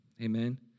Amen